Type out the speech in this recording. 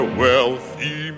wealthy